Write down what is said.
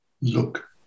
look